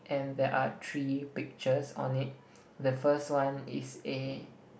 and there are three pictures on it the first one is a